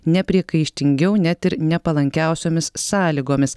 nepriekaištingiau net ir nepalankiausiomis sąlygomis